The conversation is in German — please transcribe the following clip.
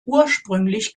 ursprünglich